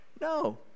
no